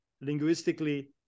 linguistically